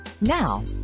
Now